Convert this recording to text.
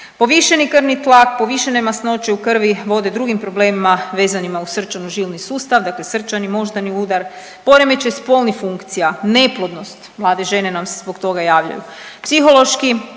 Povišeni krvni tlak i povišene masnoće u krvi vode drugim problemima vezanima uz srčano žilni sustav, dakle srčani, moždani udar, poremećaj spolnih funkcija, neplodnost, mlade žene nam se zbog toga javljaju, psihološki